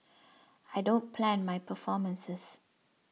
I don't plan my performances